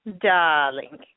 Darling